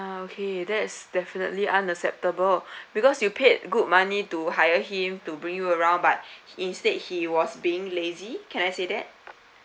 okay that's definitely unacceptable because you paid good money to hire him to bring you around but instead he was being lazy can I say that